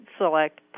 select